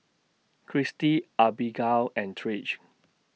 Christi Abbigail and Trish